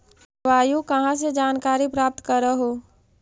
जलवायु कहा से जानकारी प्राप्त करहू?